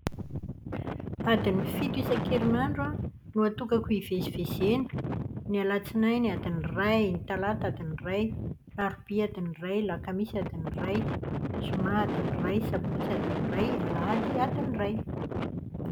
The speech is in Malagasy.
Adin'ny fito isan-kerinandro an natokako hivezivezena. Ny alatsinainy adiny iray, ny talata adiny iray, alarobia adiny iray, alakamisy adiny iray, zoma adiny iray, sabotsy adiny iray, alahady adiny iray.